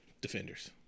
Defenders